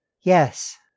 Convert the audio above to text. Yes